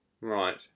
right